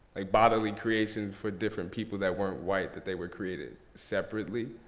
a bodily creation for different people that weren't white, that they were created separately,